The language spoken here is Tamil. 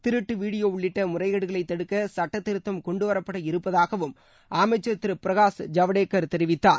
திருட்டு வீடியோ உள்ளிட்ட முறைகேடுகளைத் தடுக்க சட்டத்திருத்தம் கொண்டுவரப்பட இருப்பதாகவும் அமைச்சர் திரு பிரகாஷ் ஜவ்டேகர் தெரிவித்தார்